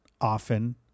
often